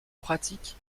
pratique